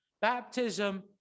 Baptism